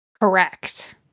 Correct